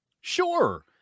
Sure